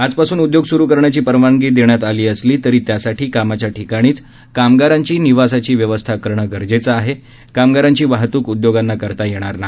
आजपासून उदयोग सुरू करण्याची परवानगी देण्यात आली असली तर त्यासाठी कामाच्या ठिकाणीच कामगारांची निवासाची व्यवस्था करणे गरजेचे आहे कामगारांची वाहतूक उदयोगांना करता येणार नाही